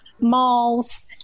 malls